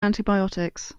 antibiotics